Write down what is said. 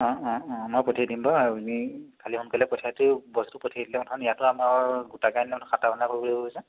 অঁ অঁ অঁ মই পঠিয়াই দিম বাৰু আপুনি খালী সোনকালে পঠিয়াইটো বস্তুতো পঠিয়াই দিলে ইয়াতো আমাৰ গোটাকে আনিলে মানে কৰিব লাগিব যে